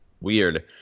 weird